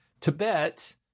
Tibet